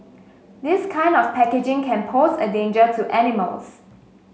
this kind of packaging can pose a danger to animals